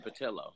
Patillo